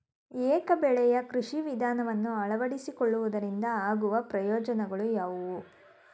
ಏಕ ಬೆಳೆಯ ಕೃಷಿ ವಿಧಾನವನ್ನು ಅಳವಡಿಸಿಕೊಳ್ಳುವುದರಿಂದ ಆಗುವ ಪ್ರಯೋಜನಗಳು ಯಾವುವು?